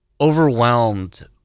overwhelmed